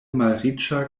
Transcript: malriĉa